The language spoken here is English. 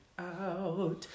out